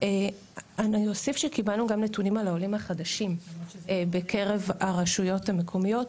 אני אוסיף שקיבלנו גם נתונים על העולים החדשים בקרב הרשויות המקומיות,